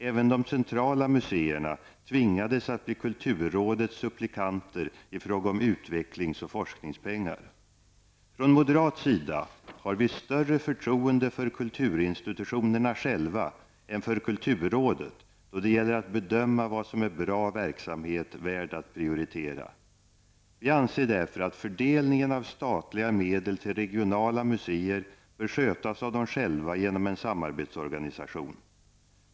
Även de centrala museerna tvingades att bli kulturrådets supplikanter i fråga om utvecklings och forskningspengar. Från moderat sida har vi större förtroende för kulturinstitutionerna själva än för kulturrådet då det gäller att bedöma vad som är bra verksamhet värd att prioritera. Vi anser därför att fördelningen av statliga medel till regionala museer bör skötas av dem själva genom en samarbetsorganisation.